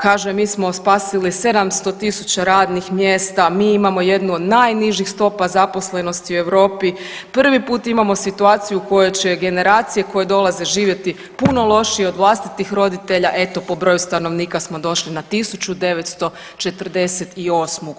Kaže, mi smo spasili 700 tisuća radnih mjesta, mi imamo jednu od najnižih stopa zaposlenosti u Europi, prvi put imamo situaciju koju će generacije koje dolaze živjeti puno lošije od vlastitih roditelja, eto, po broju stanovnika smo došli na 1948. g.